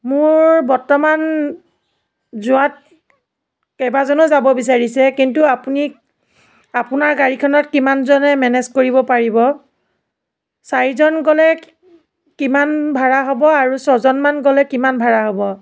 মোৰ বৰ্তমান যোৱাত কেইবাজনো যাব বিচাৰিছে কিন্তু আপুনি আপোনাৰ গাড়ীখনত কিমানজনে মেনেজ কৰিব পাৰিব চাৰিজন গ'লে কিমান ভাড়া হ'ব আৰু ছজনমান গ'লে কিমান ভাড়া হ'ব